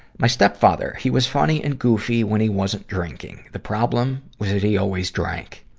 my stepfather. he was funny and goofy when he wasn't drinking. the problem was that he always drank.